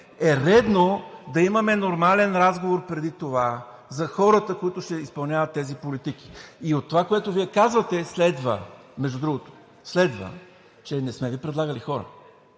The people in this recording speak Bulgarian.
е редно да имаме нормален разговор преди това за хората, които ще изпълняват тези политики и от това, което Вие казвате, между другото следва, че не сме Ви предлагали хора,